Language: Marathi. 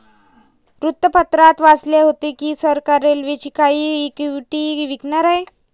वृत्तपत्रात वाचले होते की सरकार रेल्वेची काही इक्विटी विकणार आहे